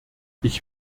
ich